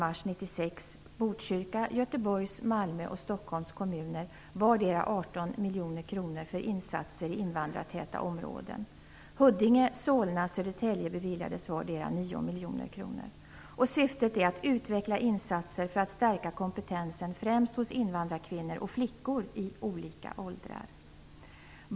18 miljoner kronor för insatser i invandrartäta områden. Huddinge, Solna och Södertälje beviljades vardera 9 miljoner kronor. Syftet är att utveckla insatser för att stärka kompetensen främst hos invandrarkvinnor och flickor i olika åldrar.